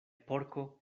porko